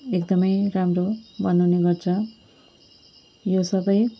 एकदम राम्रो बनाउने गर्छ यो सबै